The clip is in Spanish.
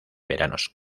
veranos